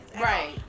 right